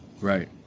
Right